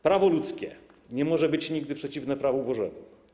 Prawo ludzkie nie może być nigdy przeciwne prawu Bożemu.